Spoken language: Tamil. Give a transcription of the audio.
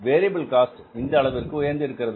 வேரியபில் காஸ்ட் இந்த அளவிற்கு உயர்ந்து இருக்கிறது